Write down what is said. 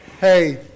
Hey